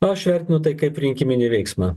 aš vertinu tai kaip rinkiminį veiksmą